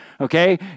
okay